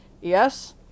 yes